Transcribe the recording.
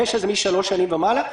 פשע זה מ-3 שנים ומעלה.